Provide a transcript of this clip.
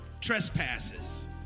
trespasses